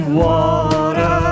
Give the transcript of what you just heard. water